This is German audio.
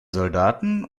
soldaten